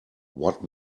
what